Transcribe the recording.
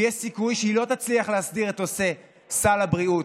ויש סיכוי שהיא לא תצליח להסדיר את נושא סל הבריאות.